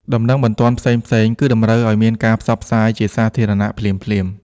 ដំណឹងបន្ទាន់ផ្សេងៗ គឺតម្រូវឲ្យមានការផ្សព្វផ្សាយជាសាធារណៈភ្លាមៗ។